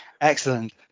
Excellent